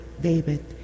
David